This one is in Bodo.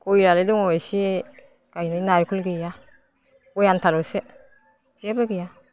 गयालाय दङ एसे गायनो नारेंखल गैया गय आनथाल'सो जेबो गैया